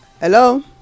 Hello